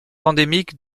endémique